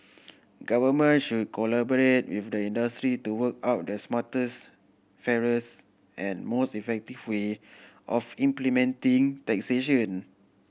governments should collaborate with the industry to work out the smartest fairest and most effective way of implementing taxation